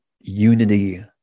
unity